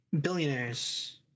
billionaires